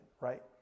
right